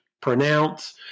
pronounce